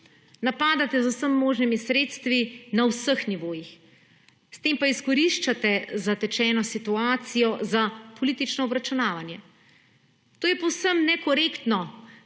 Napadate z vsemi možnimi sredstvi na vseh nivojih. S tem pa izkoriščate zatečeno situacijo za politično obračunavanje. To je povsem nekorektno